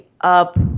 up